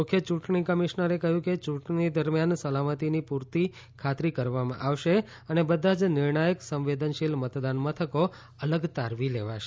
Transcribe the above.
મુખ્ય ચૂંટણી કમિશનરે કહ્યું કે ચૂંટણી દરમિયાન સલામતીની પૂરતી ખાતરી કરવામાં આવશે અને બધા જ નિર્ણાયક સંવેદનશીલ મતદાન મથકો અલગ તારવી લેવાશે